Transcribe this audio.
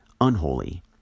unholy